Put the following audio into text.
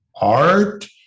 art